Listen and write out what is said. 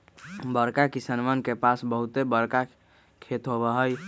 बड़का किसनवन के पास बहुत बड़ा खेत होबा हई